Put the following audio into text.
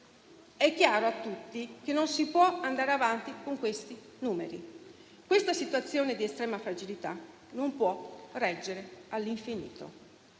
È chiaro a tutti che non si può andare avanti con questi numeri. Questa situazione di estrema fragilità non può reggere all'infinito.